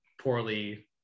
poorly